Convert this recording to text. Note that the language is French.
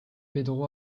pedro